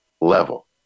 level